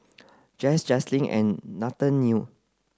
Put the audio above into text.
Jens Jaslyn and Nathaniel